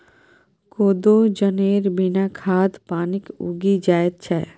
कोदो जनेर बिना खाद पानिक उगि जाएत छै